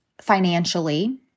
financially